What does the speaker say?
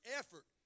effort